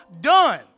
done